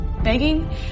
begging